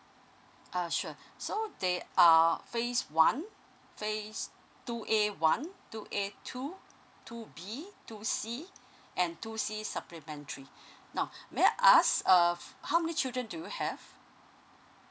uh sure so they are phase one phase two A one two A two two B two C and two C supplementary now may I ask uh how many children do you have